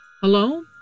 Hello